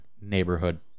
neighborhood